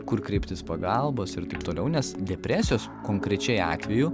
kur kreiptis pagalbos ir taip toliau nes depresijos konkrečiai atveju